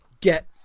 get